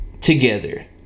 together